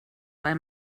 bei